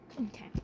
Okay